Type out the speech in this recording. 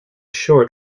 short